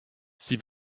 sie